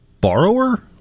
borrower